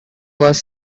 was